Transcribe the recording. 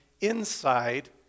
inside